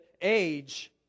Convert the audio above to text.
age